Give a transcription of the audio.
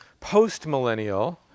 postmillennial